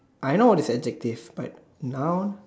I know what is adjective but noun